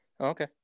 Okay